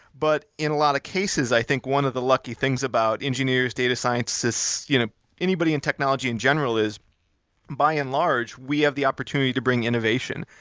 but in a lot of cases, i think one of the lucky things about engineers, data scientists, you know anybody in technology in general is by and large we have the opportunity to bring innovation,